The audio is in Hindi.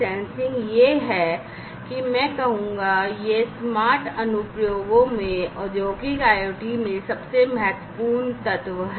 संवेदन स्मार्ट अनुप्रयोगों में औद्योगिक IoT सबसे महत्वपूर्ण तत्व है